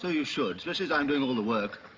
so you should just as i'm doing a little work